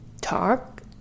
talk